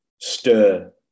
stir